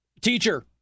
teacher